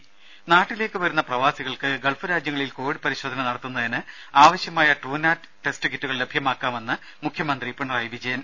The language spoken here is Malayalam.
ത നാട്ടിലേക്ക് വരുന്ന പ്രവാസികൾക്ക് ഗൾഫ് രാജ്യങ്ങളിൽ കോവിഡ് പരിശോധന നടത്തുന്നതിന് ആവശ്യമായ ട്രൂനാറ്റ് ടെസ്റ്റ് കിറ്റുകൾ ലഭ്യമാക്കാമെന്ന് മുഖ്യമന്ത്രി പിണറായി വിജയൻ